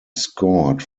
scored